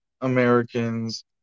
Americans